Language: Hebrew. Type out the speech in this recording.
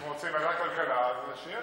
אם רוצים ועדת כלכלה, אז שיהיה.